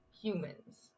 humans